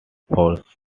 forced